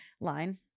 line